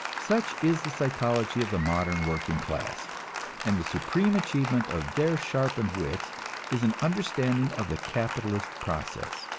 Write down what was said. such is the psychology of the modern working class and the supreme achievement of their sharpened wits is an understanding of the capitalist process.